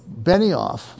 Benioff